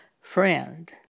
friend